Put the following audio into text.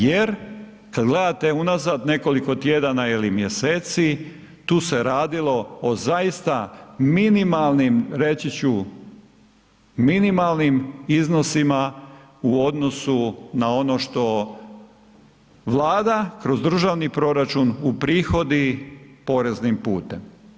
Jer kad gledate unazad nekoliko tjedana ili mjeseci tu se radilo o zaista minimalnim, reći ću minimalnim iznosima u odnosu na ono što Vlada kroz državni proračun uprihodi poreznim putem.